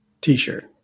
t-shirt